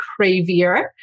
cravier